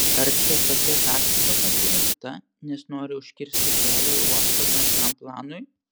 ar čia tokia taktika pasirinkta nes nori užkirsti kelią uosto bendram planui